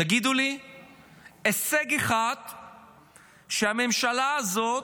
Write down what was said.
תגידו לי הישג אחד שהממשלה הזאת,